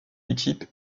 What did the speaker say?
équipe